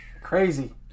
Crazy